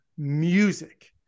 Music